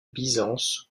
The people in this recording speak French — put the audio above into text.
byzance